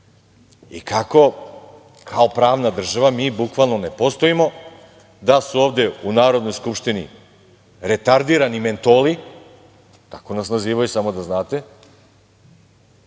i kako kao pravna država mi bukvalno, ne postojimo. Da su ovde, u Narodnoj skupštini retardirani mentoli, tako nas nazivaju samo da znate,